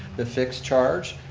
the fixed charge,